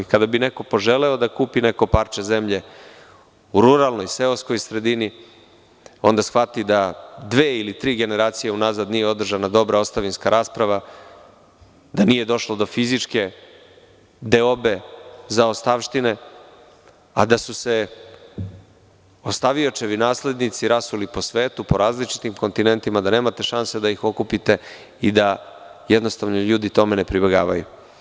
Kada bi neko poželeo da kupi neko parče zemlje u ruralnoj seoskoj sredini, onda shvati da dve ili tri generacije u nazad nije održana dobra ostavinska rasprava, da nije došlo do fizičke deobe zaostavštine, a da su se ostaviočevi naslednici rasuli po svetu, po različitim kontinentima, da nemate šanse da ih okupite i da jednostavno ljudi tome ne pribegavaju.